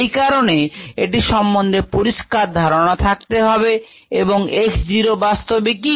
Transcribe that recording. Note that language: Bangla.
এই কারণে এটি সম্বন্ধে পরিষ্কার ধারণা থাকতে হবে এবং x zero বাস্তবে কি